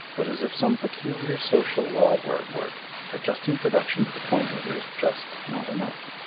but as if some peculiar social law were at work adjusting production to the point where there is just not enough,